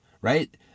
right